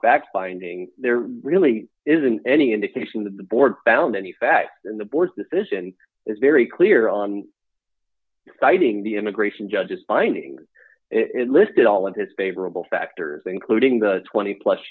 fact finding there really isn't any indication that the board found any fact in the board's decision is very clear on citing the immigration judges findings it listed all of his favorable factors including the twenty plus